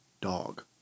dog